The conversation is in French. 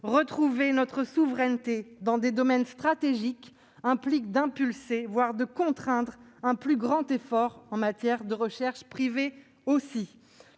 retrouver notre souveraineté dans des domaines stratégiques, cela implique d'impulser, voire de se contraindre à un plus grand effort aussi en matière de recherche privée.